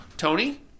Tony